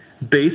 Based